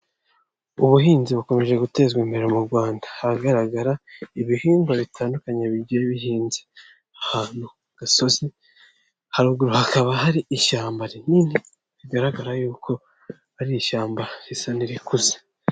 Ubuhinzi bukomeje gutezwa imbere mu Rwanda. Ahagaragara ibihingwa bitandukanye bigiye bihinze. Ahantu gasozi haruguru hakaba hari ishyamba rinini, bigaragara yuko iri ishyamba risa n'irikuze.